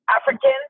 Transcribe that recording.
African